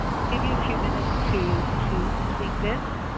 we'll give you a few minutes to to complete this.